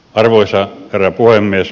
arvoisa herra puhemies